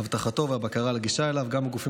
אבטחתו והבקרה על הגישה אליו גם בגופים